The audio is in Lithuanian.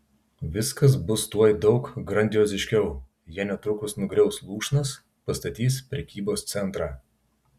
viskas bus tuoj daug grandioziškiau jie netrukus nugriaus lūšnas pastatys prekybos centrą